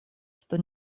что